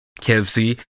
KFC